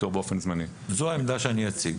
זאת העמדה שאני אציג.